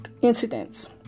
incidents